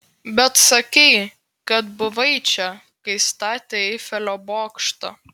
bet sakei kad buvai čia kai statė eifelio bokštą